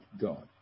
God